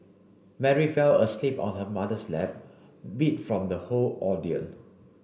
Mary fell asleep on her mother's lap beat from the whole ordeal